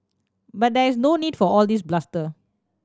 but there is no need for all this bluster